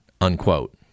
unquote